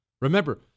Remember